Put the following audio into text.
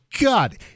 God